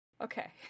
okay